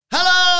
Hello